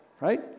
right